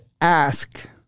ask